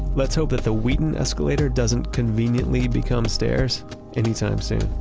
let's hope that the wheaton escalator doesn't conveniently become stairs anytime soon